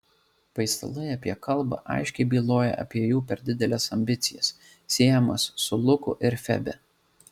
paistalai apie kalbą aiškiai byloja apie jų per dideles ambicijas siejamas su luku ir febe